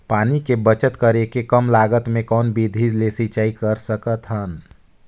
पानी के बचत करेके कम लागत मे कौन विधि ले सिंचाई कर सकत हन?